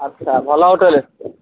ଆଚ୍ଛା ଭଲ ହୋଟେଲ୍